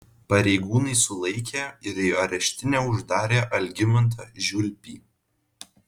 pareigūnai sulaikė ir į areštinę uždarė algimantą žiulpį